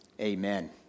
Amen